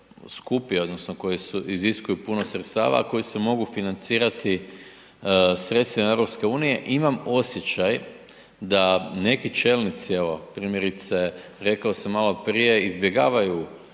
skupi odnosno koji iziskuju puno sredstava, a koji se mogu financirati sredstvima EU imam osjećaj da neki čelnici evo primjerice rekao sam maloprije izbjegavaju